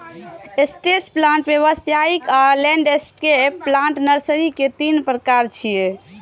stretch plant, व्यावसायिक आ landscape plant nursery के तीन प्रकार छियै